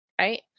right